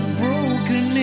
broken